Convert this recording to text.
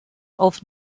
auf